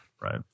Right